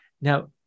now